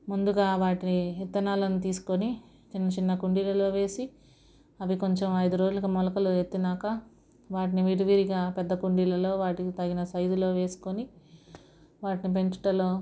ముందుగా వాటి విత్తనాలని తీసుకొని చిన్న చిన్న కుండీలలో వేసి అవి కొంచెం ఐదు రోజులు మొలకలు ఎత్తాక వాటిని విడివిడిగా పెద్ద కుండీలలో వాటిని తగిన సైజులో వేసుకొని వాటిని పెంచడంలో